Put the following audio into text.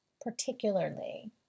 particularly